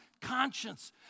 conscience